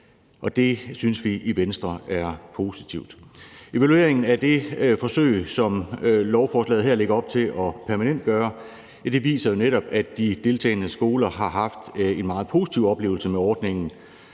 det synes vi i Venstre er positivt. Evalueringen af det forsøg, som lovforslaget her lægger op til at permanentgøre, viser jo netop, at de deltagende skoler har haft en meget positiv oplevelse med ordningen.